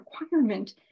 requirement